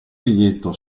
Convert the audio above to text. biglietto